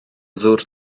ddŵr